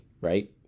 Right